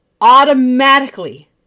automatically